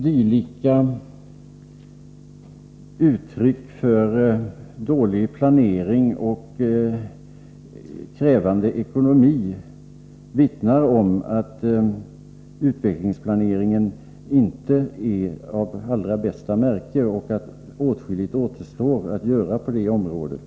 Dylika uttryck för dålig planering och krävande ekonomi vittnar om att utvecklingsplaneringen inte är av allra bästa märke och att åtskilligt återstår att göra på det området.